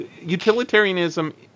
utilitarianism